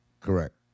Correct